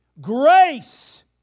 Grace